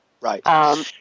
Right